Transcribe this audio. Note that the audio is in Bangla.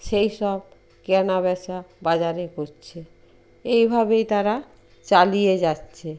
সেই সব কেনা বেচা বাজারে হচ্ছে এইভাবেই তারা চালিয়ে যাচ্ছে